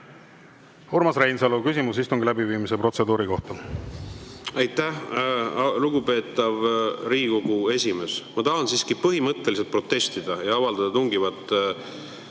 Urmas Reinsalu, küsimus istungi läbiviimise protseduuri kohta. Aitäh, lugupeetav Riigikogu esimees! Ma tahan siiski põhimõtteliselt protestida ja avaldada tungivalt